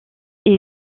est